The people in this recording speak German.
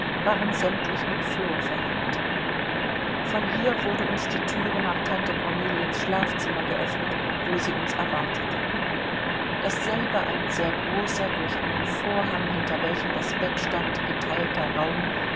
waren sämtlich mit flor verhängt von hier wurde uns die thüre nach tante korneliens schlafzimmer geöffnet wo sie uns erwartete dasselbe ein sehr großer durch einen vorhang hinter welchem das bett stand geteilter raum